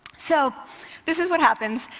so this is what happens.